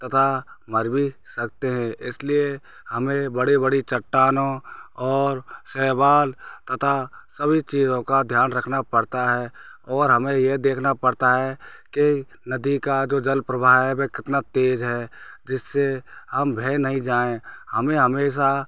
तथा मर भी सकते हैं इसलिए हमें बड़ी बड़ी चट्टानों और शैवाल तथा सभी चीज़ों का ध्यान रखना पड़ता है और हमें ये देखना पड़ता है कि नदी का जो जल प्रवाह है वह कितना है जिससे हम बह नहीं जाएं हमें हमेशा